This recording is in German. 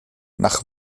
nach